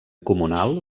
comunal